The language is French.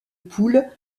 poule